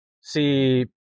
see